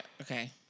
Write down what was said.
Okay